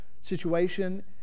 situation